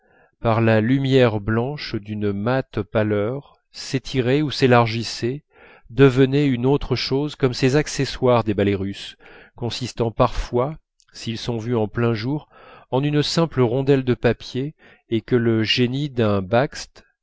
par la lumière blanche d'une mate pâleur s'étiraient ou s'élargissaient devenaient une autre chose comme ces accessoires des ballets russes consistant parfois s'ils sont vus en plein jour en une simple rondelle de papier et que le génie d'un bakst